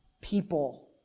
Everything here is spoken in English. people